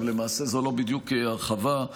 למעשה זו לא בדיוק הרחבה.